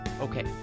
Okay